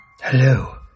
Hello